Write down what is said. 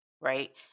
right